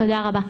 תודה רבה.